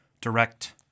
direct